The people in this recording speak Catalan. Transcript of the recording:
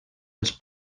als